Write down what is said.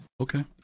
Okay